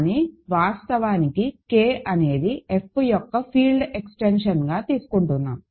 కానీ వాస్తవానికి K అనేది F యొక్క ఫీల్డ్ ఎక్స్టెన్షన్గా తీసుకుంటున్నాము